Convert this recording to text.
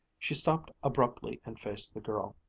she stopped abruptly and faced the girl.